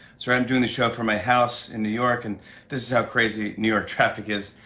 so i'm doing the show from my house in new york, and this is how crazy new york traffic is.